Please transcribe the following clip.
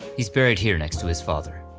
he's buried here next to his father.